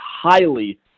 highly